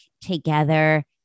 together